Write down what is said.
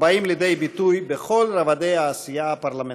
הבאים לידי ביטוי בכל רובדי העשייה הפרלמנטרית,